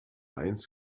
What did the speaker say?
eins